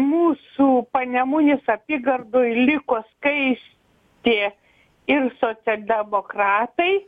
mūsų panemunės apygardoj liko skaistė ir socialdemokratai